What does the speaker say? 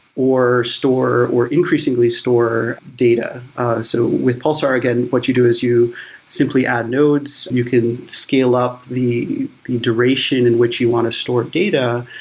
or store, or increasingly store data so with pulsar, again what you do is you simply add nodes, you can scale up the the duration in which you want to store data.